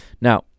Now